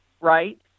right